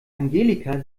angelika